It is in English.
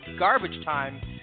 GARBAGETIME